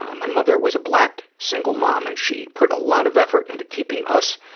my mother was a black single mom and she put a lot of effort into keeping us